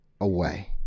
away